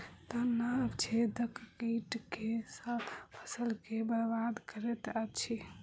तना छेदक कीट केँ सँ फसल केँ बरबाद करैत अछि?